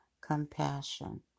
compassion